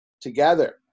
together